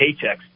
paychecks